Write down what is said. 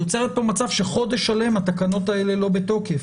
נוצר כאן מצב שחודש שלם התקנות האלה לא בתוקף.